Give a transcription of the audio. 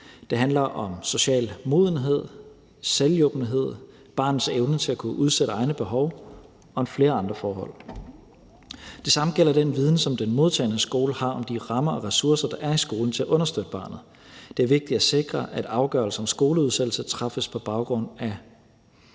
Det handler om social modenhed, selvhjulpenhed, barnets evne til at kunne udsætte egne behov og flere andre forhold. Det samme gælder den viden, som den modtagne skole har om de rammer og ressourcer, der er i skolen til at understøtte barnet. Det er vigtigt at sikre, at afgørelser om skoleudsættelse træffes på baggrund af